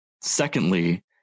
secondly